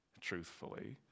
truthfully